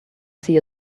see